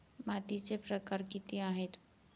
मातीचे प्रकार किती आहेत?